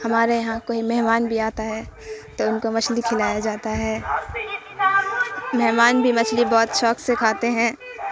ہمارے یہاں کوئی مہمان بھی آتا ہے تو ان کو مچھلی کھلایا جاتا ہے مہمان بھی مچھلی بہت شوق سے کھاتے ہیں